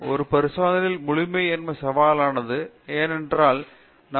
ஒரு பரிசோதனையில் முழுமை என்பது சவாலானது ஏன் என்றால் நம் கைகள் கூட மாசு ஏற்படுத்தும்